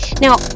Now